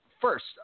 first